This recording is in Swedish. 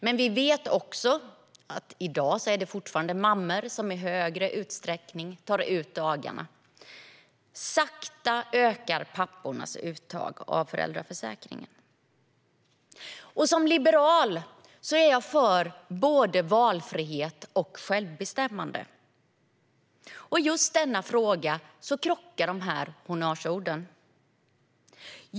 Men vi vet också att det i dag fortfarande är mammor som i större utsträckning tar ut dagarna. Sakta ökar pappornas uttag av föräldraförsäkringen. Som liberal är jag för både valfrihet och självbestämmande, och i just denna fråga krockar de honnörsorden.